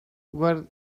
where